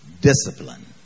discipline